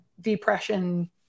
depression